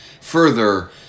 further